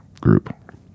group